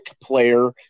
player